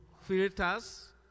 filters